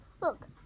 Look